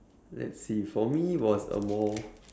let's see for me was a more